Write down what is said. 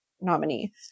nominee